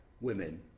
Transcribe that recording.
women